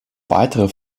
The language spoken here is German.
weitere